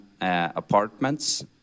apartments